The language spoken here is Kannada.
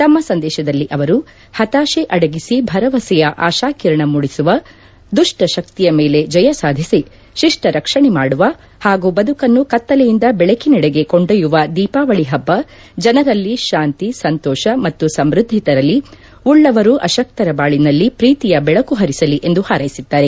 ತಮ್ಮ ಸಂದೇಶದಲ್ಲಿ ಅವರು ಹತಾಶೆ ಅಡಗಿಸಿ ಭರವಸೆಯ ಆಶಾಕಿರಣ ಮೂದಿಸುವ ದುಷ್ಪಶಕ್ತಿಯ ಮೇಲೆ ಜಯ ಸಾಧಿಸಿ ಶಿಷ್ಟ ರಕ್ಷಣೆ ಮಾಡುವ ಹಾಗೂ ಬದುಕನ್ನು ಕತ್ತಲೆಯಿಂದ ಬೆಳಕಿನೆಡೆಗೆ ಕೊಂಡೊಯ್ಯುವ ದೀಪಾವಳಿ ಹಬ್ಬ ಜನರಲ್ಲಿ ಶಾಂತಿ ಸಂತೋಷ ಮತ್ತು ಸಮೃದ್ದಿ ತರಲಿ ಉಳ್ಳವರು ಅಶಕ್ತರ ಬಾಳಿನಲ್ಲಿ ಪ್ರೀತಿಯ ಬೆಳಕು ಹರಿಸಲಿ ಎಂದು ಹಾರೈಸಿದ್ದಾರೆ